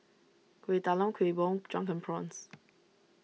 Kuih Talam Kuih Bom Drunken Prawns